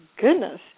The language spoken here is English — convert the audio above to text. goodness